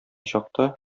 чакта